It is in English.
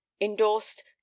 Endorsed